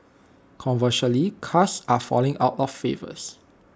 conversely cars are falling out of favours